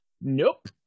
Nope